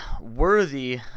worthy